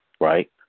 right